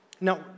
Now